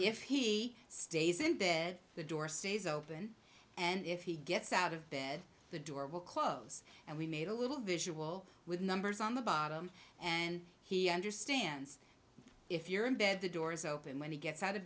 if he stays in bed the door stays open and if he gets out of bed the door will close and we made a little visual with numbers on the bottom and he understands if you're in bed the door is open when he gets out of